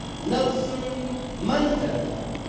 nelson mandela